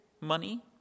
money